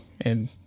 And-